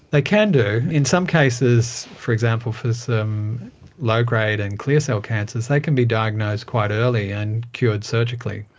they can do. in some cases, for example for some low-grade and clear cell cancers, they can be diagnosed quite early and cured surgically.